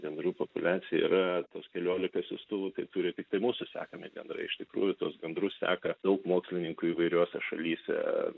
gandrų populiacija yra tos keliolika siųstuvų tai turi tiktai mūsų sekami gandrai iš tikrųjų tos gandrų seka daug mokslininkų įvairiose šalyse